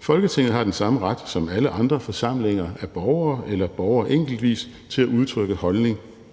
Folketinget har den samme ret som alle andre forsamlinger af borgere, eller borgere enkeltvis, til at udtrykke